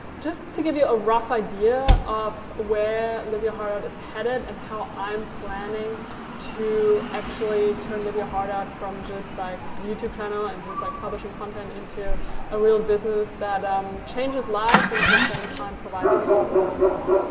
just to give you a rough idea of where live your heart out is headed and how i'm planning to actually turn live your heart out from just like a youtube channel and like publishing content into a real business that um changes lives and at the same time provides me with an income.